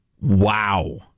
Wow